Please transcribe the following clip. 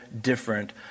different